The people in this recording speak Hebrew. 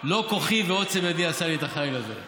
לא כוחי ועוצם ידי עשה לי את החיל הזה.